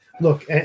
Look